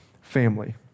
family